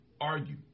argue